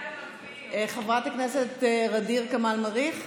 חברת הכנסת ע'דיר כמאל מריח,